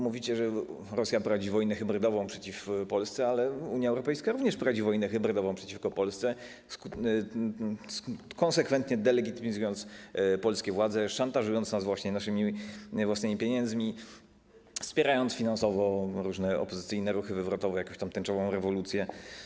Mówicie, że Rosja prowadzi wojnę hybrydową przeciw Polsce, ale Unia Europejska również prowadzi wojnę hybrydową przeciwko Polsce, konsekwentnie delegitymizując polskie władze, szantażując nas naszymi własnymi pieniędzmi, wspierając finansowo różne opozycyjne ruchy wywrotowe, jakąś tęczową rewolucję.